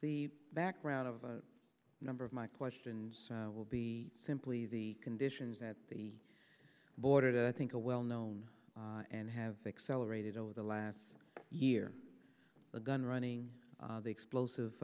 the background of a number of my questions will be simply the conditions at the border that i think a well known and have accelerated over the last year the gun running the explosive